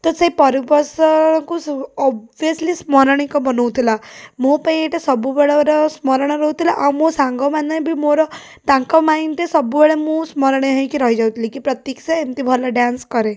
ତ ସେ ପରିବେଶକୁ ଓଭିୟସ୍ଲି ସ୍ମରଣୀକ ବନାଉଥିଲା ମୋ ପାଇଁ ଏଇଟା ସବୁବେଳେ ଗୋଟେ ସ୍ମରଣ ରହୁଥିଲା ଆଉ ମୋ ସାଙ୍ଗମାନେ ବି ମୋର ତାଙ୍କ ମାଇଣ୍ଡ୍ରେ ସବୁବେଳେ ମୁଁ ସ୍ମରଣୀୟ ହେଇକି ରହିଯାଉଥିଲି କି ପ୍ରତୀକ୍ଷା ଏମିତି ଭଲ ଡ୍ୟାନ୍ସ କରେ